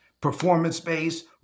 performance-based